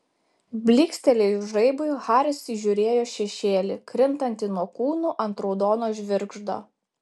blykstelėjus žaibui haris įžiūrėjo šešėlį krintantį nuo kūnų ant raudono žvirgždo